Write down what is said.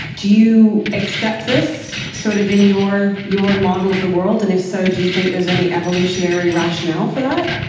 do you accept this sort of in your your model of the world, and if so, do you think there's any evolutionary rationale for that?